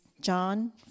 John